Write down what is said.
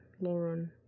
lauren